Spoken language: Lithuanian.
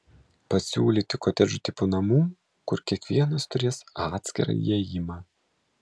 pasiūlyti kotedžų tipo namų kur kiekvienas turės atskirą įėjimą